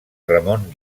ramon